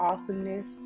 awesomeness